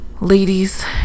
ladies